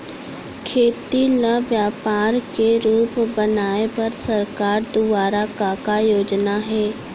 खेती ल व्यापार के रूप बनाये बर सरकार दुवारा का का योजना हे?